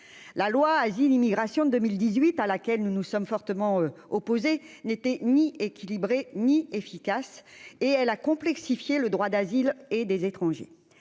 la loi asile immigration 2018 à laquelle nous nous sommes fortement opposés n'était ni équilibrée ni efficace et elle a complexifié le droit d'asile et des étrangers,